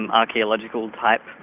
archaeological-type